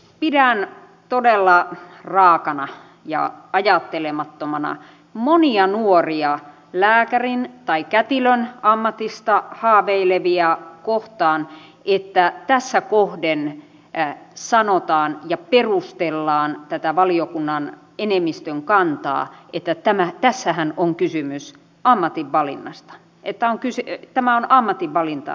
pidän todella raakana ja ajattelemattomana monia nuoria lääkärin tai kätilön ammatista haaveilevia kohtaan että tässä kohden perustellaan tätä valiokunnan enemmistön kantaa sillä että tässähän on kysymys ammatinvalinnasta että tämä on ammatinvalintakysymys